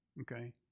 okay